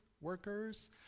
workers